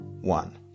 one